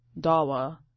Dawa